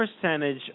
percentage